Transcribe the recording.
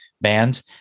band